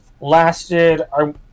lasted